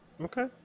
Okay